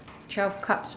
twelve cards